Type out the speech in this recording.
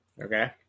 Okay